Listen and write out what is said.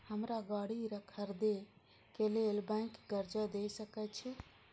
हमरा गाड़ी खरदे के लेल बैंक कर्जा देय सके छे?